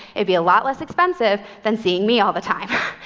it'd be a lot less expensive than seeing me all the time.